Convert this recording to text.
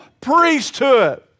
priesthood